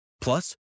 Plus